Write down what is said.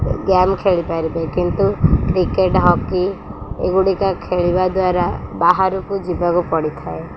game ଖେଳିପାରିବେ କିନ୍ତୁ cricket hockey ଏଗୁଡ଼ିକ ଖେଳିବା ଦ୍ୱାରା ବାହାରକୁ ଯିବାକୁ ପଡ଼ିଥାଏ